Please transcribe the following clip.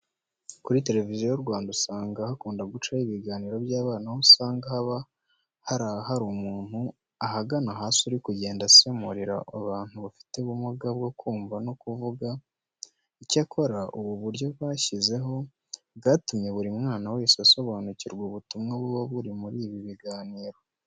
Kuri Televiziyo Rwanda hakunda gucaho ibiganiro by'abana aho usanga haba hari umuntu ahagana hasi uri kugenda asemurira abantu bafite ubumuga bwo kumva no kuvuga. Icyakora ubu buryo bashyizeho bwatumye buri mwana wese asobanukirwa ubutumwa buba buri muri ibi biganiro.